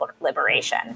liberation